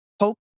hope